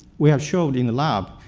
we have shown in the lab,